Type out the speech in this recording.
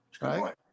right